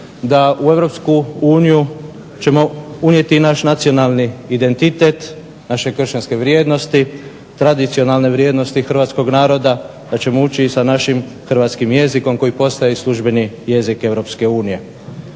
da u Europsku uniju ćemo unijeti i naš nacionalni identitet, naše kršćanske vrijednosti, tradicionalne vrijednosti hrvatskog naroda, da ćemo ući i sa našim hrvatskim jezikom koji postaje i službeni jezik Europske unije.